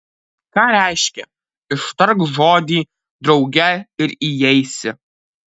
ką reiškia ištark žodį drauge ir įeisi